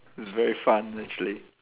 it's very fun actually